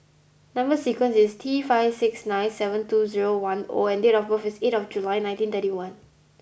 number sequence is T five six nine seven two zero one O and date of birth is eight of July nineteen thirty one